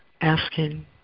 asking